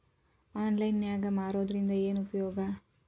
Online ನಾಗ್ ಮಾರೋದ್ರಿಂದ ಏನು ಉಪಯೋಗ?